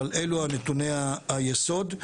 אבל אלו נתוני היסוד,